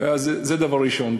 זה דבר ראשון.